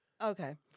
Okay